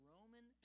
Roman